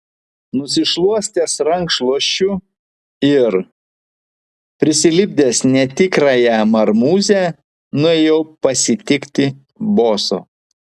nusišluostęs rankšluosčiu ir prisilipdęs netikrąją marmūzę nuėjau pasitikti boso